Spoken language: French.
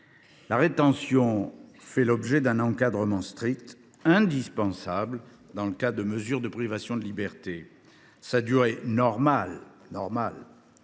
La rétention fait l’objet d’un encadrement strict, indispensable s’agissant de mesures de privation de liberté. Sa durée normale peut aller